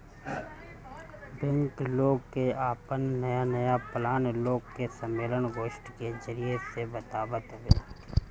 bank लोग के आपन नया नया प्लान लोग के सम्मलेन, गोष्ठी के जरिया से बतावत हवे